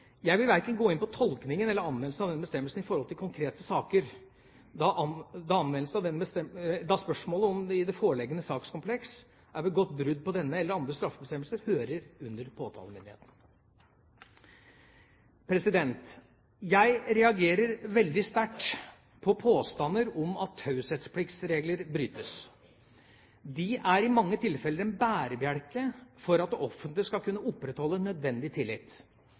Jeg vil verken gå inn på tolkingen eller anvendelsen av denne bestemmelsen i forhold til konkrete saker, da spørsmålet om det i det foreliggende sakskompleks er begått brudd på denne eller andre straffebestemmelser, hører under påtalemyndigheten. Jeg reagerer veldig sterkt på påstander om at taushetspliktsregler brytes. De er i mange tilfeller en bærebjelke for at det offentlige skal kunne opprettholde nødvendig